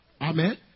Amen